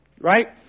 right